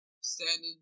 standard